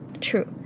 true